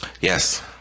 Yes